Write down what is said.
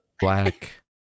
black